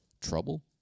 Trouble